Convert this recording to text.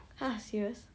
!huh! serious